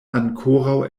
ankoraŭ